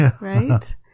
Right